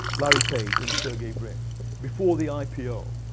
larry page and sergey brin before the ipo.